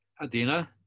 Adina